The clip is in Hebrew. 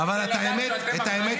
-- והחצי השני לא יקבלו ייצוג.